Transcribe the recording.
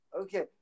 Okay